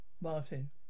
Martin